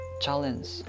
challenge